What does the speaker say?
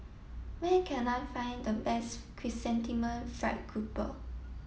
where can I find the best Chrysanthemum Fried Grouper